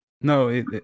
No